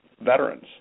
veterans